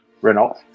Renault